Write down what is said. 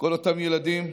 כל אותם ילדים,